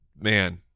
man